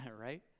right